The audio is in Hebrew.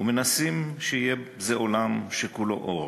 ומנסים שיהיה זה עולם שכולו אור.